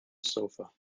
sofa